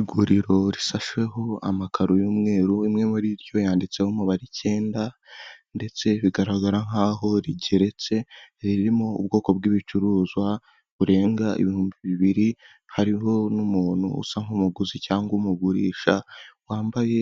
Iguriro risasheho amakaro y'umweru imwe muri ryo yanditseho umubare icyenda ,ndetse bigaragara nkaho rigeretse ririmo ubwoko bw'ibicuruzwa burenga ibihumbi bibiri ,hariho n'umuntu usa nkumuguzi cyangwa umugurisha ,wambaye